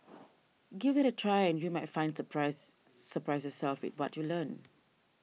give it a try and you might find surprise surprise yourself with what you learn